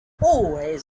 always